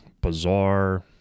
bizarre